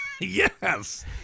yes